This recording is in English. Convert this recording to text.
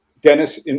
Dennis